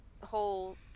whole